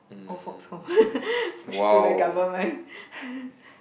old folk's home push to the government